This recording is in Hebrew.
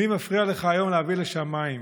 מי מפריע לך היום להביא לשם מים?